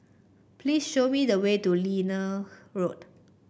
please show me the way to Liane Road